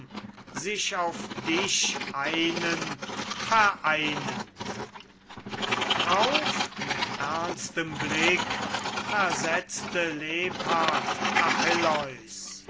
sich auf dich einen vereinend drauf mit ernstem blick versetzte lebhaft